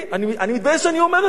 אני מתבייש שאני אומר את זה.